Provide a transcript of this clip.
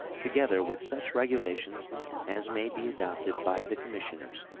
together with such regulations as may be adopted by the commissioners,